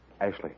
Ashley